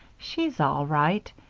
she's all right.